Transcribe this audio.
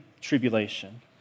tribulation